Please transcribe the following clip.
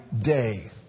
day